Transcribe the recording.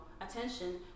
attention